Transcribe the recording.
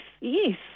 yes